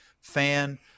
fan